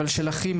אבל של אחים,